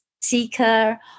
seeker